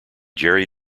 jerry